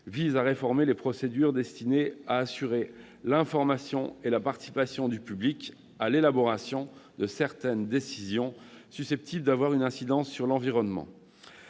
tend à réformer les procédures destinées à assurer l'information et la participation du public à l'élaboration de certaines décisions susceptibles d'avoir une incidence sur l'environnement.